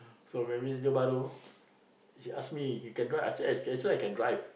so when we Johor-Bahru he ask me if you can drive I say actually I can drive